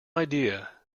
idea